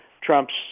Trump's